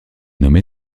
nommé